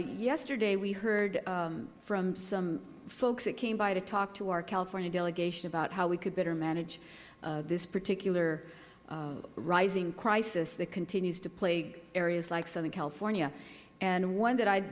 yesterday we heard from some folks that came by to talk to our california delegation about how we could better manage this particular rising crisis that continues to plague areas like southern california and one that i